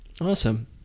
awesome